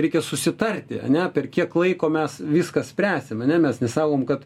reikia susitarti ar ne per kiek laiko mes viską spręsime ar ne mes nesakom kad